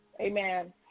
Amen